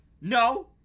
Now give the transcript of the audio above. no